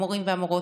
המורים והמורות,